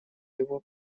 его